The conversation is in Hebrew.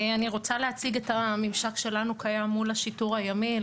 אני רוצה להציג את הממשק שלנו שקיים מול השיטור הימי.